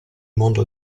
mondo